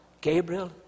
Gabriel